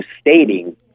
stating